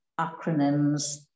acronyms